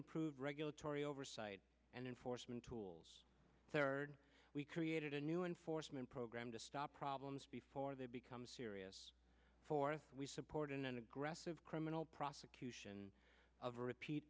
improved regulatory oversight and enforcement tools third we created a new enforcement program to stop problems before they become serious for we support an aggressive criminal prosecution of repeat